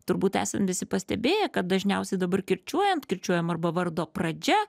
turbūt esam visi pastebėję kad dažniausiai dabar kirčiuojant kirčiuojam arba vardo pradžia